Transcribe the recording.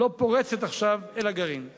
היא לא פורצת עכשיו אל הגרעין הצבאי.